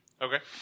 Okay